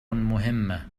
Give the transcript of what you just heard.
مهمة